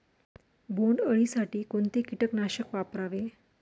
बोंडअळी साठी कोणते किटकनाशक वापरावे?